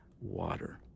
water